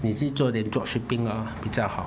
你去你的 drop shipping ah 比较好